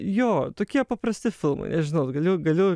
jo tokie paprasti filmai nežinau galiu galiu